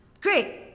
great